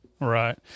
Right